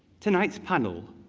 tonight's panel,